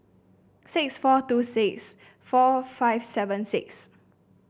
six four two six four five seven six